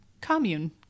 commune